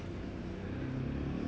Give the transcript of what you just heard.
when you then